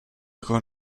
con